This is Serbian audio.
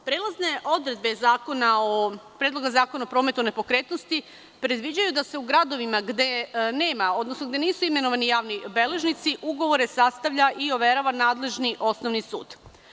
Prelazne odredbe Predloga zakona o prometu nepokretnosti predviđaju da se u gradovima gde nema, odnosno gde nisu imenovani javni beležnici ugovore sastavlja i overava nadležni Osnovni sud.